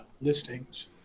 listings